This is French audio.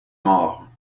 morts